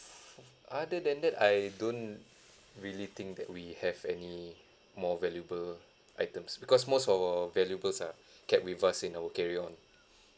other than that I don't really think that we have anymore valuable items because most of our valuables are kept with us in our carry on